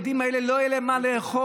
לילדים האלה לא יהיה מה לאכול.